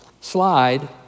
slide